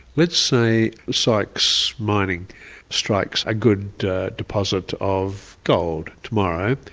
let's say sykes mining strikes a good deposit of gold tomorrow.